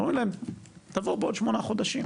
ואומרים להם, תבואו בעוד שמונה חודשים.